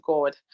God